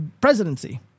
presidency